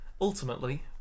ultimately